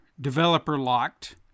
developer-locked